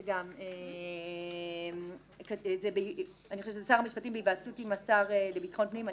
שר המשפטים בהיוועצות השר לביטחון פנים.